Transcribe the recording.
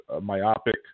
myopic